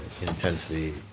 intensely